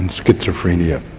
and schizophrenia,